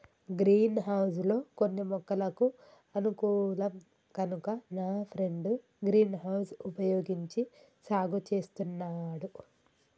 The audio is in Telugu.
గ్రీన్ హౌస్ లో కొన్ని మొక్కలకు అనుకూలం కనుక నా ఫ్రెండు గ్రీన్ హౌస్ వుపయోగించి సాగు చేస్తున్నాడు